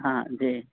ہاں جی